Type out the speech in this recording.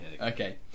Okay